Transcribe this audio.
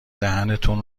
دهنتون